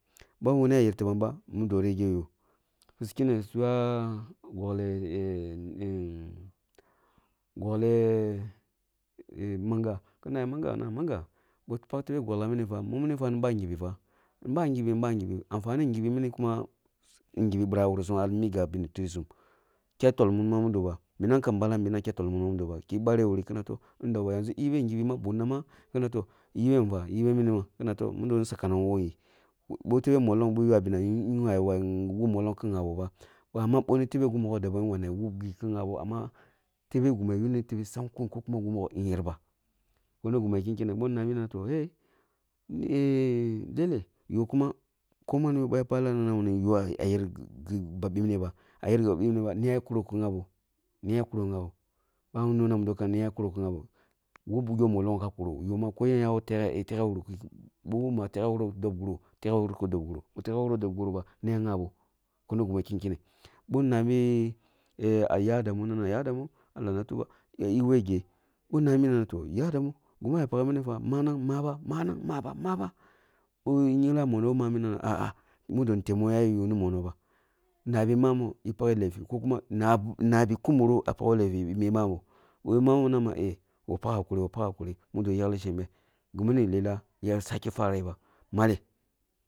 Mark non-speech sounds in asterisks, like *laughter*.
Ɓa wuna yet mudo regeh yoh kisi kene ywa gokleh gokleh *hesitation* gokleh *hesitation* manga ki nabi manga na mumini fia ni ɓaghibi nibaghibi anfane nghibi mini kuma ngibi birah ah wursum bah migi ah bene tirsum kyada tol munma mudoba ki barewuri kina toh tunda yanʒu eh bareh wuri eh yibe ngibi bun nama eh yibe nvwa eh yībe mini ni man kina toh mudo ni sakana wun wo yi, bi tebe mollong ywa benam yiri wawu wup mollong kin nghabo ba amma bini tebe gimi mogho daban yīri wawuna wup gi kin nghabo amma tebe gimia yuni tebe sankun ko gimi mogho yerba boro gima keni keneh kin nabi nana yeh komanoh ba ballh na nah wunina ah yerba bipneba kini yen ya kuro ki gyabo? Yen ya kuro ki gyabo? Na noh numedo yen kuro ki gyabo? Wupjo mollong yoh ka kuro yoh ma koyen ya woh teghewuru ba nana teghewuro dob guro, teghwuru ba nama teghewuro dob guro, teghewuro dob guro bi teghewuro dob guro ba ni yen ya gyabo? Bon nami *hesitation* yaya adamu nana yaya adamu allah na tuba eh weh geh bon nabi na manang maba manang maba maba maba maba bon ya nyingla monoh ko mami na nana ah ah mudo ni teb ma ya yuni mono ba nabi mamo eh baghe lefi ko kuma na- nabi kumuro ah pagho lefi bi mamo bi mano na ma yi peghe lyi gimni yora saki paghe ba malleh.